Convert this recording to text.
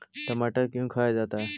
टमाटर क्यों खाया जाता है?